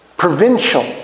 provincial